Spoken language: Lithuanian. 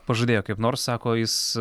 pažadėjo kaip nors sako jis